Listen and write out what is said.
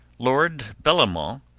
lord bellomont,